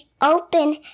open